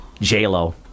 J-Lo